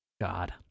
God